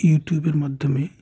ইউটউবের মাধ্যমে